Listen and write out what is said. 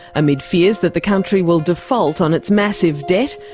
amid fears that the country will default on its massive debt.